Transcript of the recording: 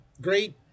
great